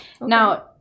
Now